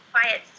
quiet